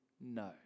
no